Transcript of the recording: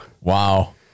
Wow